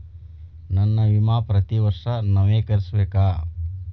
ನನ್ನ ವಿಮಾ ಪ್ರತಿ ವರ್ಷಾ ನವೇಕರಿಸಬೇಕಾ?